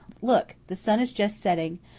look, the sun is just setting.